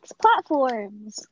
platforms